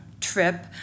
trip